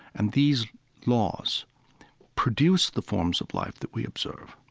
and these laws produce the forms of life that we observe.